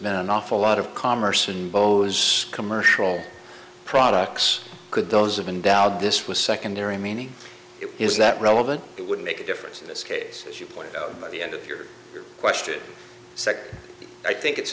there's an awful lot of commerce and bows commercial products could those have been doubt this was secondary meaning it is that relevant it would make a difference in this case as you point out at the end of your question i think it's